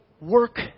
work